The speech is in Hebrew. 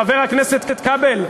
חבר הכנסת כבל,